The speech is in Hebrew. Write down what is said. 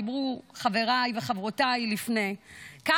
דיברו חבריי וחברותיי לפני כן.